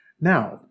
now